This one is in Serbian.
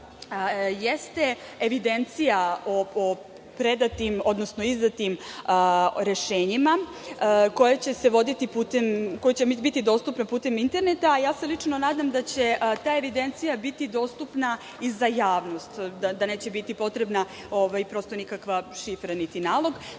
jeste evidencija o predatim, odnosno izdatim rešenjima koja će biti dostupna putem interneta. Lično se nadam da će ta evidencija biti dostupna i za javnost, da neće biti potrebna šifra ili